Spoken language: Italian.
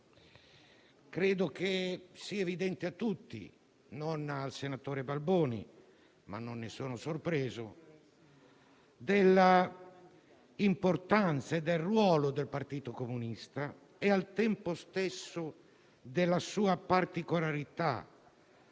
credo sia evidente a tutti - non al senatore Balboni, ma non ne sono sorpreso - l'importanza del ruolo del Partito Comunista e al tempo stesso la sua particolarità,